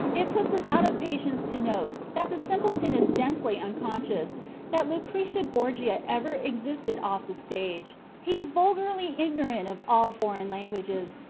it puts us out of patience to note that the simpleton is densely unconscious that lucrezia borgia ever existed off the stage. he is vulgarly ignorant of all foreign languages,